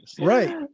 right